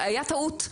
היה טעות.